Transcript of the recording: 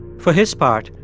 for his part,